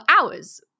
hours